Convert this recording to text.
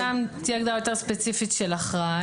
תהיה הגדרה יותר ספציפית של אחראי.